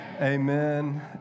amen